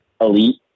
elite